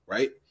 Right